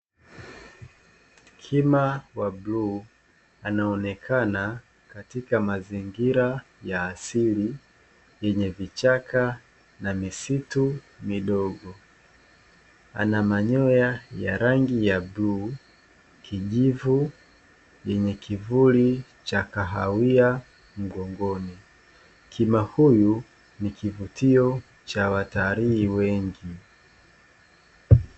Kima wa bluu anaonekana katika mazingira ya asili yenye vichaka na misitu midogo, ana manyoya ya rangi ya bluu, kijivu yenye kivuli cha kahawia mgongoni; kima huyu ni kivutio cha watalii wengi.